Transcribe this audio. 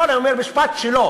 לא, אני אומר משפט שלו.